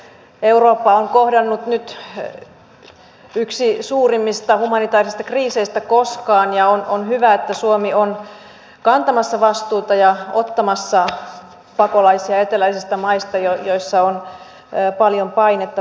eurooppaa on kohdannut nyt yksi suurimmista humanitäärisistä kriiseistä koskaan ja on hyvä että suomi on kantamassa vastuuta ja ottamassa pakolaisia eteläisistä maista joissa on paljon painetta tulijoista